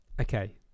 Okay